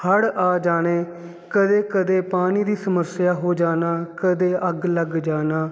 ਹੜ ਆ ਜਾਣੇ ਕਦੇ ਕਦੇ ਪਾਣੀ ਦੀ ਸਮੱਸਿਆ ਹੋ ਜਾਣਾ ਕਦੇ ਅੱਗ ਲੱਗ ਜਾਣਾ